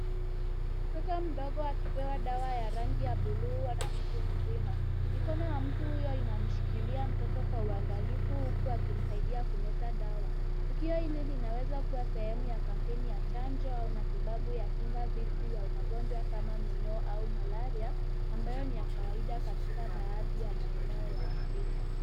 Ni mtoto mdogo akipewa dawa ya rangi ya buluu na mtu mzima. Mikono ya mtu huyo inamshikilia mtoto kwa uangalifu huku akimsaidia kumeza dawa. Tukio hili linaweza kuwa sehemu ya kampeni ya chanjo au matibabu ya kinga dhidi magonjwa kama minyoo au malaria, ambayo ni ya kawaida katika baadhi ya maeneo ya Africa.